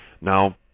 now